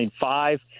five